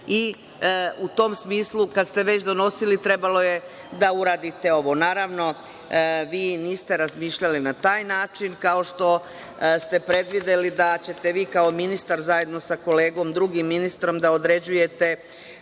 i u tom smislu, kada ste već donosili, trebalo je da uradite ovo. Naravno, vi niste razmišljali na taj način kao što ste predvideli da ćete vi kao ministar, zajedno sa kolegom drugim ministrom, da određujete